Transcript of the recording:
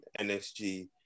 NSG